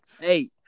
Hey